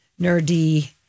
Nerdy